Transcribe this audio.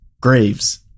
graves